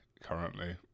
currently